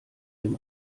dem